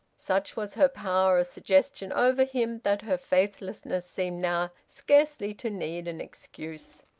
such was her power of suggestion over him that her faithlessness seemed now scarcely to need an excuse.